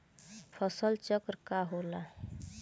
फसल चक्र का होला?